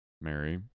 Mary